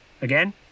again